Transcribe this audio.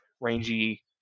rangy